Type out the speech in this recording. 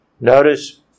Notice